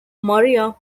maria